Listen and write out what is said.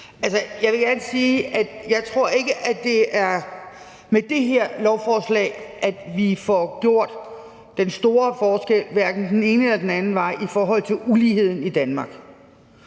jeg vil gerne sige, at jeg ikke tror, at det er med det her lovforslag, vi får gjort den store forskel, hverken den ene eller den anden vej, i forhold til uligheden i Danmark.